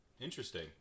Interesting